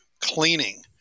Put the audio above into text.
cleaning